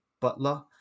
Butler